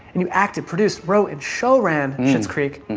and you acted, produced, wrote, and show ran schitt's creek.